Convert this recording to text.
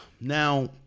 Now